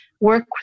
work